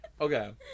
Okay